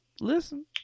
Listen